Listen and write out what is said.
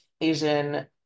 Asian